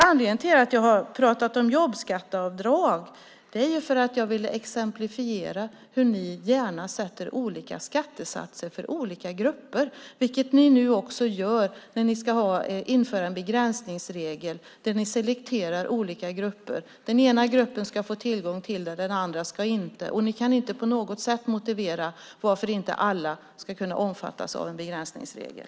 Anledningen till att jag har pratat om jobbskatteavdrag är ju att jag vill exemplifiera hur ni gärna sätter olika skattesatser för olika grupper, vilket ni nu också gör när ni ska införa en begränsningsregel där ni selekterar olika grupper. Den ena gruppen ska få tillgång till den, den andra ska inte det. Ni kan inte på något sätt motivera varför inte alla ska kunna omfattas av en begränsningsregel.